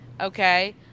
Okay